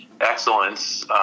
excellence